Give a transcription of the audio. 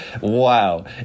wow